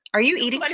are you eating? like